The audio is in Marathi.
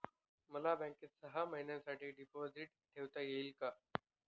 मला बँकेत सहा महिन्यांसाठी डिपॉझिट ठेवता येईल का?